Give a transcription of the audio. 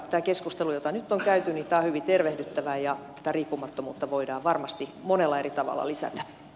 tämä keskustelu jota nyt on käyty on hyvin tervehdyttävää ja tätä riippumattomuutta voidaan varmasti monella eri tavalla lisätä